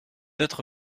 être